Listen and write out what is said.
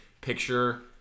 Picture